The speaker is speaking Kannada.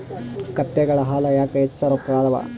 ಕತ್ತೆಗಳ ಹಾಲ ಯಾಕ ಹೆಚ್ಚ ರೊಕ್ಕ ಅವಾ?